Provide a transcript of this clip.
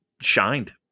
shined